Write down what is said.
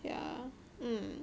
yeah mm